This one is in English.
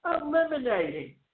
Eliminating